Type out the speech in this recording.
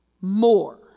more